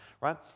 right